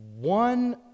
One